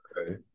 Okay